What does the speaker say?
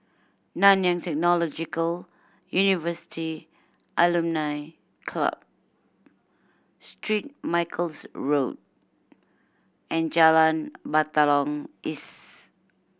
Nanyang Technological University Alumni Club Street Michael's Road and Jalan Batalong East